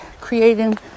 creating